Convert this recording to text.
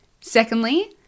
Secondly